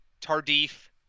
Tardif